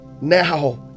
now